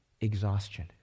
exhaustion